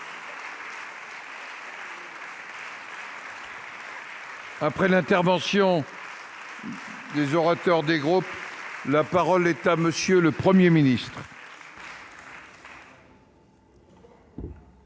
Après les interventions des orateurs des groupes, la parole est à M. le Premier ministre.